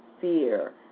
fear